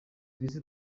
kristu